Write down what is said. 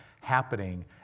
happening